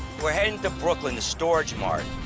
we're heading to brooklyn to storage mart.